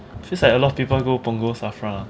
feels like a lot of people go punggol SAFRA ah